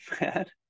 bad